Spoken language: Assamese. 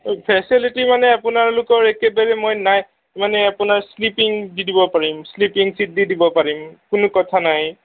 ফেচেলিটি মানে আপোনালোকৰ একেবাৰে মই নাই মানে আপোনাৰ শ্লিপিং দি দিব পাৰিম শ্লিপিং চিট দি দিব পাৰিম কোনো কথা নাই